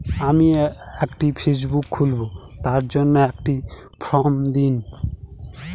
আমি একটি ফেসবুক খুলব তার জন্য একটি ফ্রম দিন?